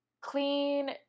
clean